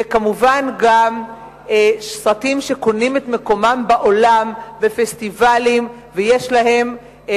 וכמובן גם סרטים שקונים את מקומם בעולם בפסטיבלים ומביאים